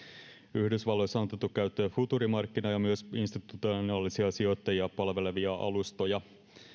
yhdysvalloissa on otettu käyttöön futuurimarkkina ja myös institutionaalisia sijoittajia palvelevia alustoja